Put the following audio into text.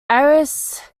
ares